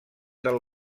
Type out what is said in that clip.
del